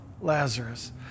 Lazarus